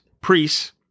priests